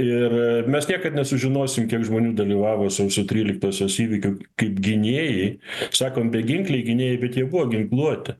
ir mes niekad nesužinosim kiek žmonių dalyvavo sausio tryliktosios įvykių kaip gynėjai sakom beginkliai gynėjai bet jie buvo ginkluoti